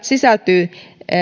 sisältyy